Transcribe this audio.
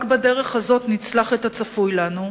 רק בדרך הזאת נצלח את הצפוי לנו,